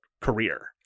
career